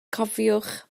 cofiwch